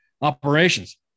operations